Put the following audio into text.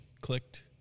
clicked